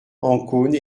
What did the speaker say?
ancône